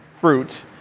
fruit